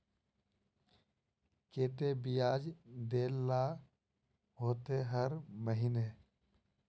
केते बियाज देल ला होते हर महीने?